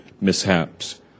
mishaps